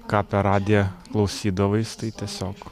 ką per radiją klausydavais tai tiesiog